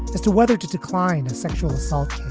as to whether to decline a sexual assault